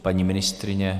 Paní ministryně?